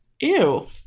ew